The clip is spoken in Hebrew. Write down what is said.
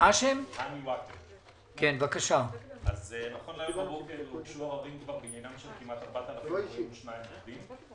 נכון להיום בבוקר הוגשו עררים בעניינם של כמעט 4,022 תיקים.